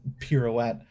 pirouette